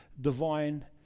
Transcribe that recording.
divine